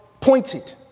pointed